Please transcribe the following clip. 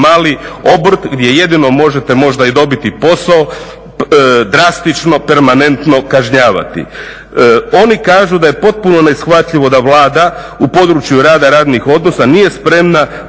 mali obrt gdje jedino možete možda i dobiti posao drastično permanentno kažnjavati. Oni kažu da je potpuno neshvatljivo da Vlada u području rada, radnih odnosa nije spremna